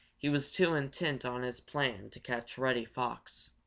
he was too intent on his plan to catch reddy fox.